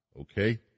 okay